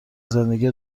زندگی